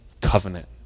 covenant